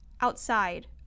outside